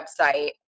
website